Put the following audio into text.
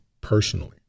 personally